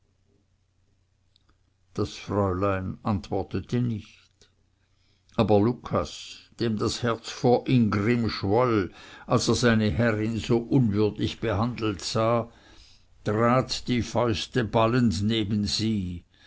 das fräulein antwortete nicht aber lucas dem das herz vor ingrimm schwoll als er seine herrin so unwürdig behandelt sah trat die fäuste ballend neben sie